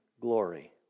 glory